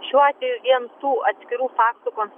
šiuo atveju vien tų atskirų faktų konstatavimo